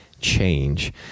change